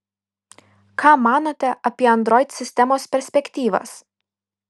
ką manote apie android sistemos perspektyvas